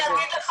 אני אגיד לך